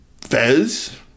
Fez